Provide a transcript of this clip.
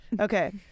okay